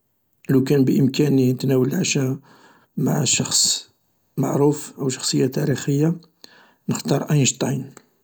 لوكان بإمكاني تناول العشاء مع شخص معروف او شخصية تاريخية نختار آينشطاين